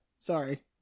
sorry